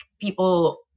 people